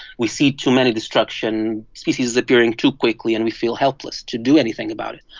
we see too many destruction, species appearing too quickly, and we feel helpless to do anything about it.